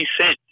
sent